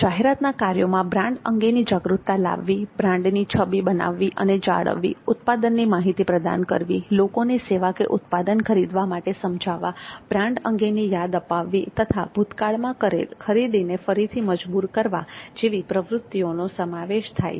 જાહેરાતના કાર્યોમાં બ્રાન્ડ અંગેની જાગૃતતા લાવવી બ્રાન્ડની છબી બનાવી અને જાળવવી ઉત્પાદનની માહિતી પ્રદાન કરવી લોકોને સેવા કે ઉત્પાદન ખરીદવા માટે સમજાવવા બ્રાન્ડ અંગેની યાદ અપાવવી તથા ભૂતકાળમાં કરેલ ખરીદીને ફરીથી કરવા મજબૂર કરવા જેવી પ્રવૃત્તિઓનો સમાવેશ થાય છે